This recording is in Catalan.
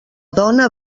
dona